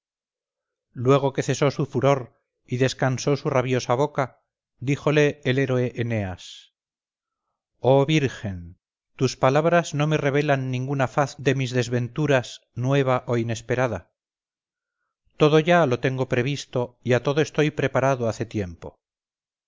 luego que cesó su furor y descansó su rabiosa boca díjole el héroe eneas oh virgen tus palabras no me revelan ninguna faz de mis desventuras nueva o inesperada todo ya lo tengo previsto y a todo estoy preparado hace tiempo